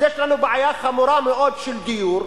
יש לנו בעיה חמורה מאוד של דיור,